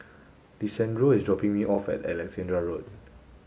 Lisandro is dropping me off at Alexandra Road